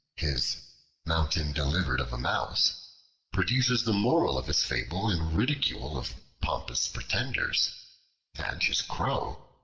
his mountain delivered of a mouse produces the moral of his fable in ridicule of pompous pretenders and his crow,